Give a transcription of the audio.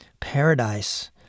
paradise